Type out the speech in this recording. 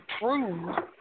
prove